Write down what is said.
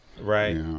Right